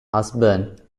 husband